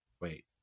Wait